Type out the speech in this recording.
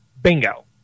Bingo